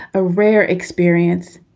a rare experience.